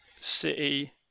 City